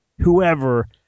whoever